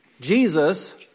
Jesus